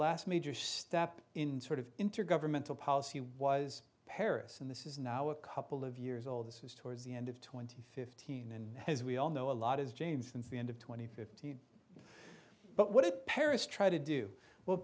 last major step in sort of intergovernmental policy was paris and this is now a couple of years old this is towards the end of twenty fifteen and as we all know a lot is james and the end of two thousand and fifteen but what paris try to do well